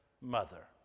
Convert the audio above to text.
mother